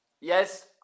yes